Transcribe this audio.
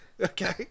Okay